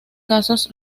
casos